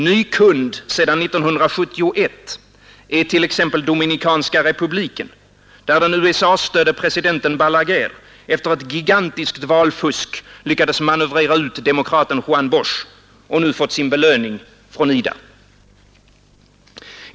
Ny kund sedan 1971 är t.ex. Dominikanska republiken, där den USA-stödde presidenten Balaguer efter ett gigantiskt valfusk lyckades manövrera ut demokraten Juan Bosch och nu fått sin belöning från IDA.